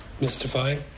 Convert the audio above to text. mystifying